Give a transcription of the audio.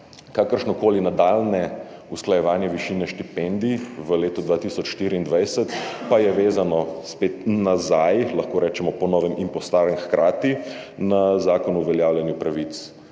Kakršnokoli nadaljnje usklajevanje višine štipendij v letu 2024 pa je vezano spet nazaj, lahko rečemo po novem in po starem hkrati, na Zakon o uveljavljanju pravic